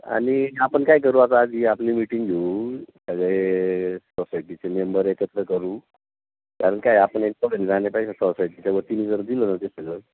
आणि आपण काय करू आता आधी आपली मीटिंग घेऊ सगळे सोसायटीचे मेंबर एकत्र करू कारण काय आपण सोसायटीच्या वतीनं जर दिलं ना ते सगळं